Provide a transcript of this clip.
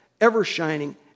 ever-shining